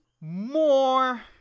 more